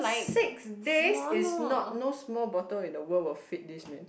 six days is not no small bottle in the world will fit this man